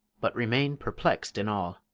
but remain perplex'd in all.